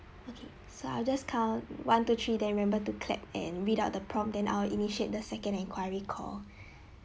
okay so I'll just count one two three then remember to clap and read out the prompt then I'll initiate the second enquiry call